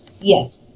Yes